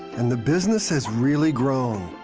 and the business has really grown.